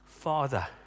Father